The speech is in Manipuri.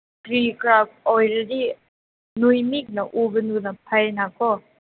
ꯀꯔꯤ ꯀꯔꯥ ꯑꯣꯏꯔꯗꯤ ꯅꯣꯏ ꯃꯤꯠꯅ ꯎꯕꯗꯨꯅ ꯐꯩꯅꯀꯣ